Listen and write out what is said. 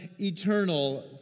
eternal